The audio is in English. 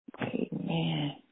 Amen